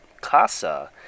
Casa